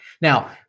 Now